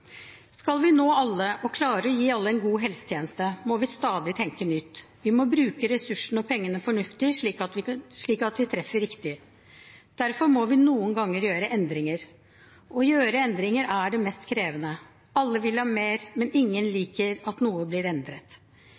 Skal vi nå alle og klare å gi alle en god helsetjeneste, må vi stadig tenke nytt. Vi må bruke ressursene og pengene fornuftig, slik at vi treffer riktig. Derfor må vi noen ganger gjøre endringer. Å gjøre endringer er det mest krevende. Alle vil ha mer, men ingen liker at noe blir endret.